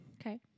Okay